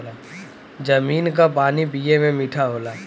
जमीन क पानी पिए में मीठा होला